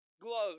gloves